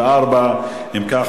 34. אם כך,